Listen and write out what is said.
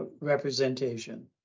representation